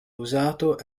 usato